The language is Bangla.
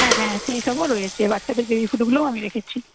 হ্যাঁ হ্যাঁ সেই সবও রয়েছে বাচ্চাদের বেবি ফুডগুলোও আমি রেখেছি